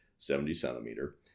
70-centimeter